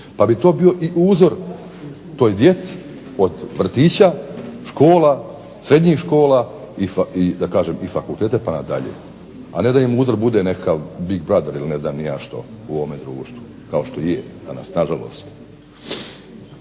Pa bi to bio i uzor toj djeci od vrtića, škola, srednjih škola i da kažem i fakulteta pa na dalje. A ne da im uzor bude nekakav Big brother ili ne znam ni ja što u ovome društvu, kao što je danas nažalost.